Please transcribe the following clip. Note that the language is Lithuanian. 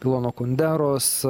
milono kunderos